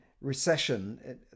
recession